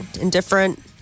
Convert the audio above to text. indifferent